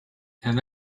and